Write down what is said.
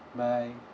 bye